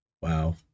Wow